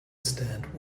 stand